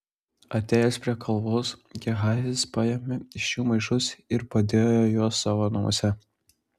atėjęs prie kalvos gehazis paėmė iš jų maišus ir padėjo juos savo namuose